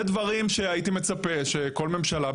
זה דברים שהייתי מצפה שכל ממשלה,